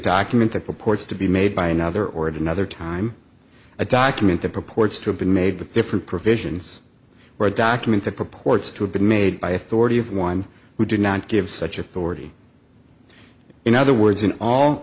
document that purports to be made by another or it another time a document that purports to have been made with different provisions for a document that purports to have been made by authority of one who did not give such authority in other words in all